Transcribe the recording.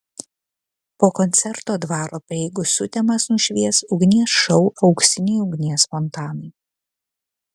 po koncerto dvaro prieigų sutemas nušvies ugnies šou auksiniai ugnies fontanai